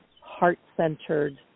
heart-centered